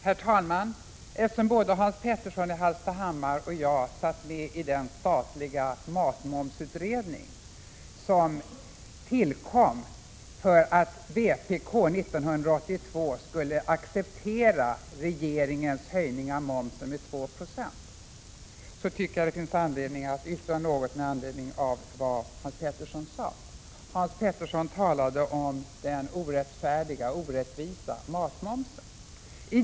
Herr talman! Eftersom både Hans Petersson i Hallstahammar och jag satt med i den statliga matmomsutredning som tillkom för att vpk 1982 skulle acceptera regeringens höjning av momsen med 2 96, tycker jag att det finns skäl att yttra något med anledning av vad Hans Petersson sade. Hans Petersson talade om den orättfärdiga och orättvisa matmomsen.